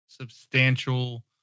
substantial